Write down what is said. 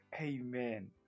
Amen